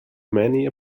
many